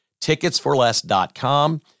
ticketsforless.com